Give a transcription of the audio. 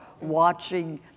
watching